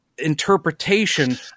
interpretation